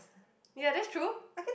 ya that's true